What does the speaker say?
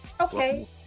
Okay